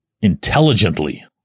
intelligently